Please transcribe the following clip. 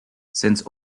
since